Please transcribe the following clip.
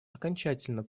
окончательно